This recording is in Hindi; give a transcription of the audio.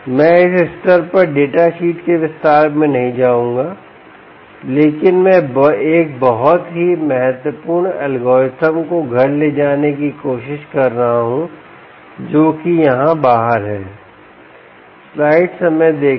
मैं इस स्तर पर डेटा शीट के विस्तार में नहीं जाऊंगा लेकिन मैं एक बहुत ही महत्वपूर्ण एल्गोरिथ्म को घर ले जाने की कोशिश कर रहा हूं जो की यहां बाहर है